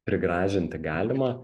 prigražinti galima